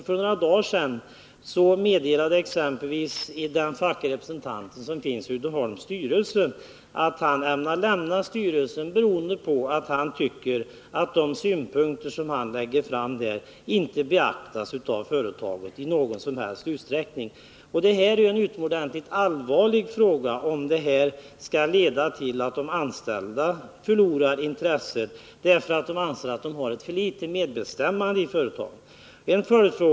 För några dagar sedan meddelade exempelvis den facklige representanten i Uddeholms styrelse att han ämnar lämna styrelsen beroende på att han tycker att de synpunkter han för fram där inte beaktas av företaget i någon som helst utsträckning. Det är utomordentligt allvarligt om de anställda förlorar intresset för dessa frågor därför att de anser att deras medbestämmande i företagen är för litet.